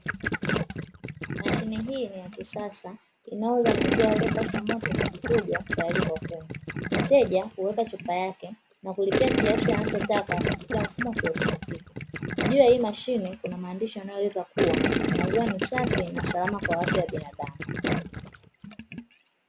Mashine hii ni ya kisasa, inayouza maziwa yaliyopashwa moto na kuchunjwa, tayari kwa kunywa. Mteja huweka chupa yake na kulipia kiasi anachotaka kupitia mfumo wa kiotomatiki. Juu ya hii mashine Kuna maandishi yanayoeleza kuwa "maziwa ni safi na salama" kwa afya ya binadamu.